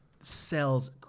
sells